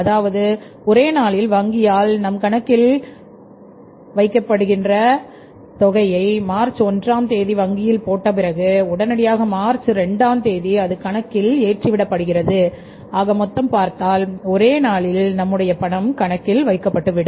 அதாவது ஒரே நாளில் வங்கியால் நம் கணக்கில் வைக்கப்படுகிறது மார்ச் ஒன்றாம் தேதி வங்கியில் போட்ட பிறகு உடனடியாக மார்ச் 2 ஆம் தேதி அது கணக்கில் ஏறிவிடுகிறது ஆகமொத்தம் பார்த்தால் ஒரே நாளில் நம்முடைய பணம் கணக்கில் வைக்கப்பட்டு விடும்